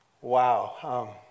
Wow